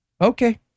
Okay